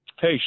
Hey